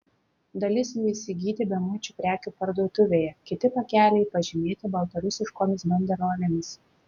dalis jų įsigyti bemuičių prekių parduotuvėje kiti pakeliai pažymėti baltarusiškomis banderolėmis